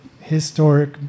historic